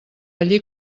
allí